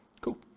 Cool